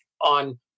on